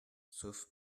sauf